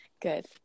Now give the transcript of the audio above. Good